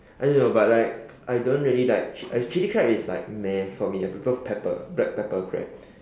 I don't know but like I don't really like ch~ chili crab is like meh for me I prefer pepper black pepper crab